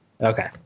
okay